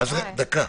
דקה.